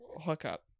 hookup